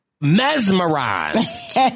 mesmerized